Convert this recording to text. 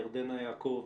ירדנה יעקב,